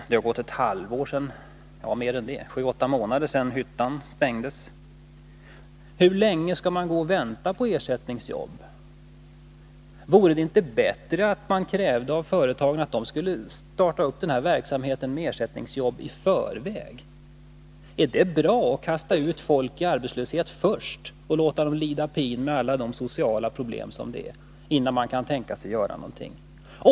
Det har gått sju åtta månader sedan hyttan stängdes. Hur länge skall arbetarna vänta på ersättningsjobb? Vore det inte bättre att man krävde av företagen att de skall starta verksamheten med ersättningsjobb i förväg? Är det bra att först kasta ut folk i arbetslöshet och låta dem lida pin till följd av alla de sociala problem som en arbetslöshet för med sig, innan man kan tänka sig att göra någonting?